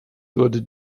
würde